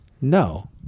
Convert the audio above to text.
No